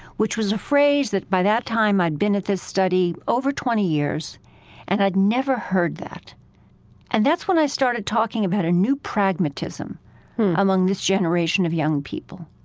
which was a phrase that by that time i'd been at this study over twenty years and i'd never heard that and that's when i started talking about a new pragmatism among this generation of young people.